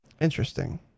Interesting